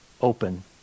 open